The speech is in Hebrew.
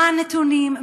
מה הנתונים,